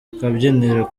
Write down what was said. akabyiniro